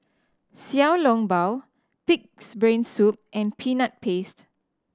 Xiao Long Bao Pig's Brain Soup and Peanut Paste